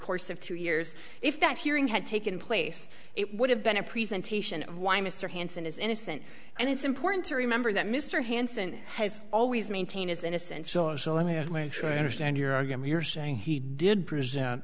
course of two years if that hearing had taken place it would have been a presentation of why mr hanssen is innocent and it's important to remember that mr hanssen has always maintained his innocence or so he had made sure i understand your argument you're saying he did present